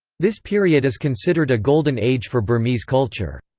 this period is considered a golden age for burmese culture.